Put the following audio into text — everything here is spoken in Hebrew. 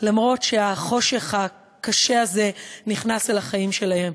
למרות החושך הקשה הזה שנכנס אל החיים שלהם.